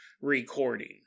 recording